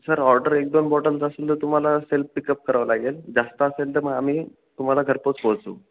sir order एक दोन bottles असेल तर तुम्हाला सेल्फ पिकअप करावं लागेल जास्त असेल तर मग आम्ही तुम्हाला घरपोच पोहोचवू